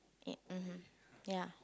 ya mmhmm ya